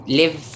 live